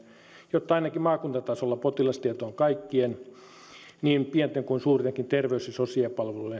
jotta ainakin maakuntatasolla potilastieto on kaikkien niin pienten kuin suurtenkin terveys ja sosiaalipalveluiden tuottajien